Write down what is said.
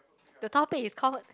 the topic is called